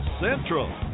Central